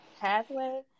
pathway